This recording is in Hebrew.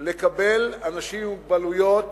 לקבל אנשים עם מוגבלויות